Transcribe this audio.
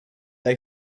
they